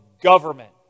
government